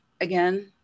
again